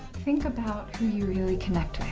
think about who you really connect with.